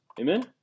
Amen